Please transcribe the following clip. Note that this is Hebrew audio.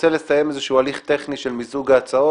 רוצה לסיים הליך טכני של מיזוג ההצעות